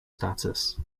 status